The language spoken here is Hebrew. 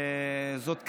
זאת כלכלה,